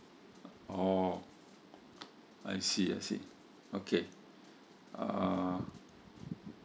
oh I see I see okay uh